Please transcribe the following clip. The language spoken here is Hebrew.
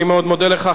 אני מאוד מודה לך.